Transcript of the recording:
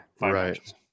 Right